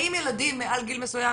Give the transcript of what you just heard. האם ילדים מתחת לגיל מסוים,